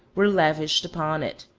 were lavished upon it.